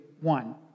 one